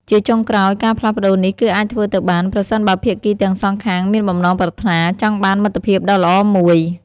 ជាចុងក្រោយ ការផ្លាស់ប្តូរនេះគឺអាចធ្វើទៅបាន ប្រសិនបើភាគីទាំងសងខាងមានបំណងប្រាថ្នាចង់បានមិត្តភាពដ៏ល្អមួយ។